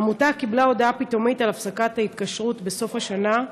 העמותה קיבלה הודעה פתאומית על הפסקת התקשרות בסוף השנה,